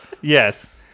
yes